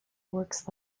works